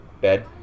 bed